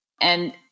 And-